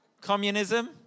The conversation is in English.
Communism